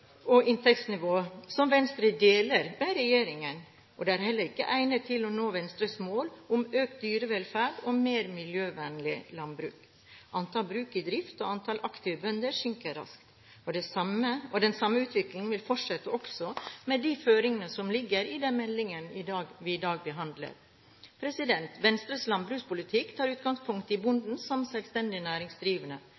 og inntektsnivå som Venstre deler med regjeringen, og det er heller ikke egnet til å nå Venstres mål om økt dyrevelferd og et mer miljøvennlig landbruk. Antall bruk i drift og antall aktive bønder synker raskt, og den samme utviklingen vil fortsette også med de føringene som ligger i den meldingen vi i dag behandler. Venstres landbrukspolitikk tar utgangspunkt i